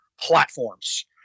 platforms